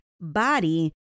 body